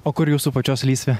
o kur jūsų pačios lysvė